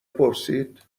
پرسید